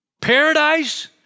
paradise